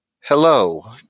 hello